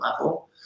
level